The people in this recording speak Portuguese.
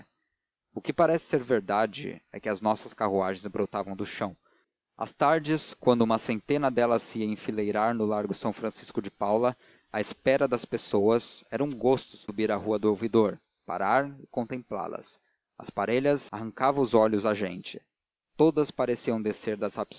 o que parece ser verdade é que as nossas carruagens brotavam do chão às tardes quando uma centena delas se ia enfileirar no largo de são francisco de paula à espera das pessoas era um gosto subir a rua do ouvidor parar e contemplá las as parelhas arrancavam os olhos à gente todas pareciam descer das